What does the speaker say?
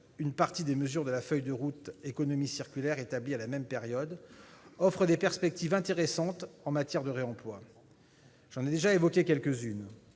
une partie des mesures de la feuille de route pour l'économie circulaire établie à la même période, offrent des perspectives intéressantes en matière de réemploi. J'en ai déjà évoqué quelques-unes.